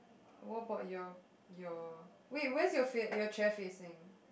what about your your wait where's your fa~ your chair facing